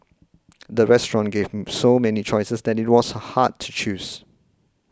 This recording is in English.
the restaurant gave so many choices that it was hard to choose